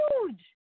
huge